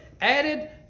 added